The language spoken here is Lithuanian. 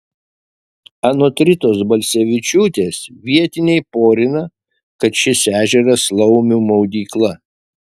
anot ritos balsevičiūtės vietiniai porina kad šis ežeras laumių maudykla